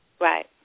Right